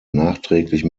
nachträglich